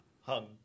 hung